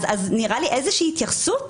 נראה לי שצריכה להיות איזושהי התייחסות,